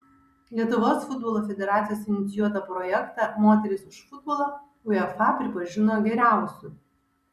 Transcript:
lietuvos futbolo federacijos inicijuotą projektą moterys už futbolą uefa pripažino geriausiu